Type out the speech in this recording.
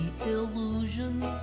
illusions